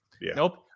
Nope